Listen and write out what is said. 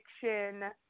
fiction